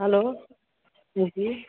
hello हां जी